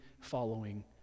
following